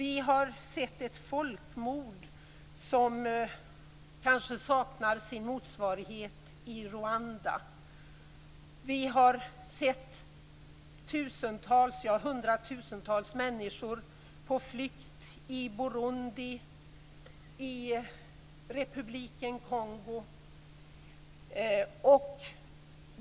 Vi har sett ett folkmord i Rwanda som kanske saknar sin motsvarighet. Vi har sett hundratusentals människor på flykt i Burundi och i Republiken Kongo.